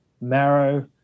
marrow